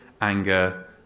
anger